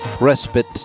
respite